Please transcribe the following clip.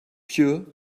pure